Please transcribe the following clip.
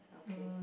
okay